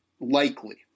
likely